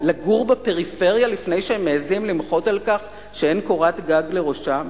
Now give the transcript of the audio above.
לגור בפריפריה לפני שהם מעזים למחות על כך שאין קורת גג מעל ראשם?